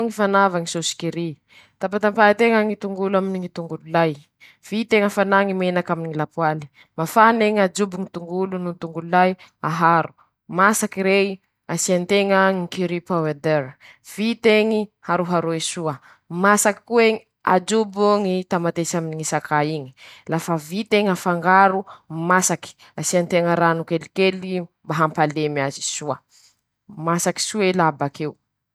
Ndreto aby ñy marikiny ñy tomobily :-Toyota. -Ford.-BMW. -Mercedes benz.-Honda.-Odi. -Nissan.-Nioday.-Kia. -Tesla. -Porce.-Lux.-Mazda. -Ferary.-Tagowar. -Leandrover.-Subar.-Sugeo.-Tutsibish.-Fia.- Alfa romeo.